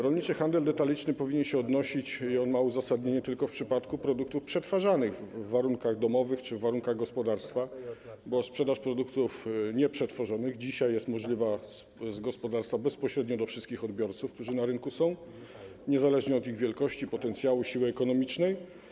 Rolniczy handel detaliczny powinien się odnosić - i ma uzasadnienie tylko w tym przypadku - do produktów przetwarzanych w warunkach domowych czy w warunkach gospodarstwa, bo sprzedaż produktów nieprzetworzonych jest dzisiaj możliwa z gospodarstwa bezpośrednio do wszystkich odbiorców, którzy są na rynku, niezależnie od ich wielkości, potencjału, siły ekonomicznej.